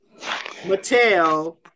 Mattel